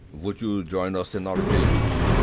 would you join us in our village?